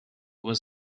was